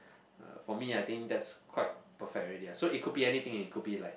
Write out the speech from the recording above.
uh for me I think that's quite perfect already ah so it could be anything it could be like